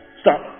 Stop